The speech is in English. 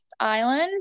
Island